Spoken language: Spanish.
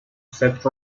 seth